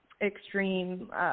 extreme